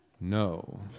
no